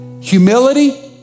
humility